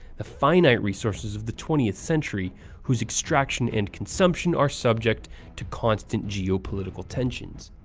the finite resources of the twentieth century whose extraction and consumption are subject to constant geopolitical tensions.